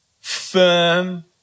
firm